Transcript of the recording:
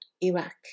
Iraq